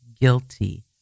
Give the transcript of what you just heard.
guilty